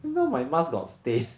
you know my mask got stain